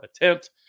attempt